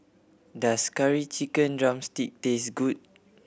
does Curry Chicken drumstick taste good